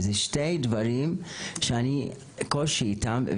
זה שני דברים שאני קושי איתם.